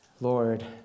Lord